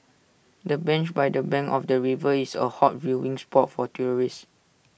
the bench by the bank of the river is A hot viewing spot for tourists